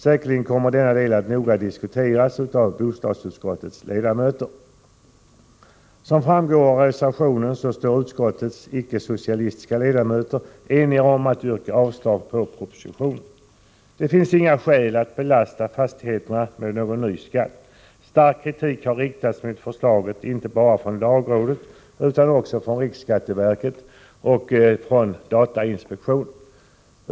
Säkerligen kommer denna del att noga diskuteras av bostadsutskottets ledamöter. Som framgår av reservationerna står utskottets icke-socialistiska ledamöter eniga om att yrka avslag på propositionen. Det finns inga skäl att belasta fastigheterna med någon ny skatt. Skarp kritik har riktats mot förslaget inte bara från lagrådet utan också från riksskatteverket och datainspektionen.